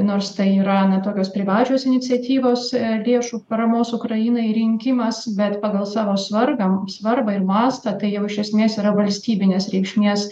nors tai yra na tokios privačios iniciatyvos lėšų paramos ukrainai rinkimas bet pagal savo svarbią svarbą ir mastą tai jau iš esmės yra valstybinės reikšmės